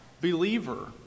believer